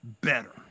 better